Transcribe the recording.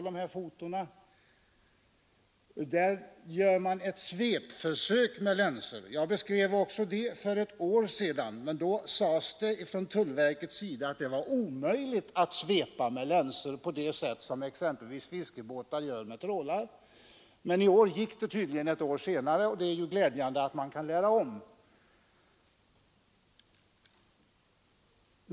Där gör man ett svepförsök med länsan. Jag beskrev också detta för ett år sedan, men då sades från tullverkets sida att det var omöjligt att svepa med länsor på det sätt som fiskebåtar gör med en trål. Nu, ett år senare, går det tydligen, och det är ju glädjande att man kan lära om.